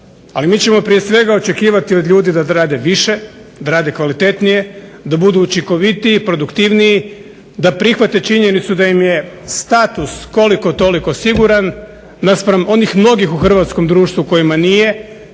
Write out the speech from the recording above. ali mi ćemo prije svega očekivati od ljudi da rade više, da rade kvalitetnije, da budu učinkovitiji, produktivniji, da prihvate činjenicu da im je status koliko toliko siguran naspram onih mnogih u hrvatskom društvu kojima nije,